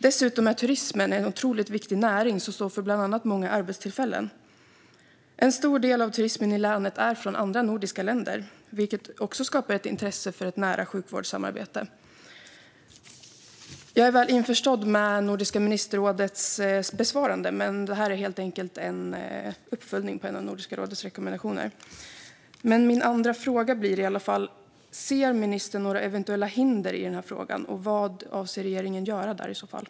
Dessutom är turismen en otroligt viktig näring, som bland annat står för många arbetstillfällen. En stor del av turismen i länet kommer från andra nordiska länder, vilket också skapar ett intresse för ett nära sjukvårdssamarbete. Jag är väl införstådd med Nordiska ministerrådets svar. Detta är helt enkelt en uppföljning av en av Nordiska rådets rekommendationer. Min andra fråga är: Ser ministern några eventuella hinder i denna fråga, och vad avser regeringen i så fall att göra där?